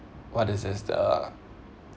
what is this the